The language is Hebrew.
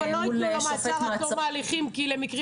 אבל לא יתנו לו מעצר עד תום ההליכים כי למקרים